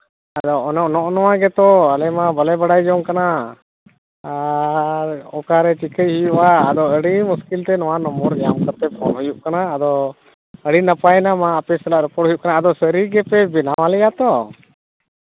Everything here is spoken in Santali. ᱟᱫᱚ ᱱᱚᱜᱼᱚ ᱱᱚᱣᱟ ᱜᱮᱛᱚ ᱟᱞᱮ ᱢᱟ ᱵᱟᱞᱮ ᱵᱟᱲᱟᱭ ᱡᱚᱝ ᱠᱟᱱᱟ ᱟᱨ ᱚᱠᱟᱨᱮ ᱪᱤᱠᱟᱹᱭ ᱦᱩᱭᱩᱜᱼᱟ ᱟᱫᱚ ᱟᱹᱰᱤ ᱢᱩᱥᱠᱤᱞ ᱛᱮ ᱱᱚᱣᱟ ᱱᱚᱢᱵᱚᱨ ᱧᱟᱢ ᱠᱟᱛᱮᱫ ᱯᱷᱳᱱ ᱦᱩᱭᱩᱜ ᱠᱟᱱᱟ ᱟᱫᱚ ᱟᱹᱰᱤ ᱱᱟᱯᱟᱭᱮᱱᱟ ᱢᱟ ᱟᱯᱮ ᱥᱟᱞᱟᱜ ᱨᱚᱯᱚᱲ ᱦᱩᱭᱩᱜ ᱠᱟᱱᱟ ᱟᱫᱚ ᱥᱟᱹᱨᱤ ᱜᱮᱯᱮ ᱵᱮᱱᱟᱣᱟᱞᱮᱭᱟ ᱛᱚ